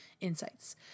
insights